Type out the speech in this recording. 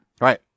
right